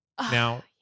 Now